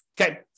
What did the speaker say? Okay